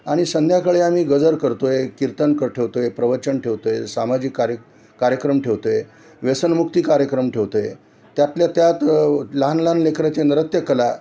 आणि संध्याकाळी आम्ही गजर करतो आहे कीर्तन कर ठेवतो आहे प्रवचन ठेवतो आहे सामाजिक कार्य कार्यक्रम ठेवतो आहे व्यसनमुक्त कार्यक्रम ठेवतो आहे त्यातल्या त्यात लहान लहान लेकराचे नृत्यकला